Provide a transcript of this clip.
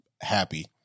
happy